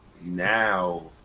now